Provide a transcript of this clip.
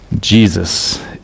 Jesus